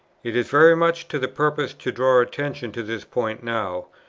it is very much to the purpose to draw attention to this point now,